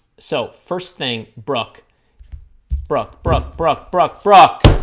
so first thing brooke brooke brooke brooke brooke frock